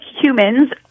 humans